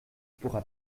pourra